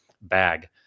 bag